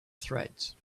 threads